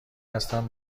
هستم